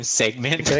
segment